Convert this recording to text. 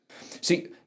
See